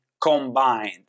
combined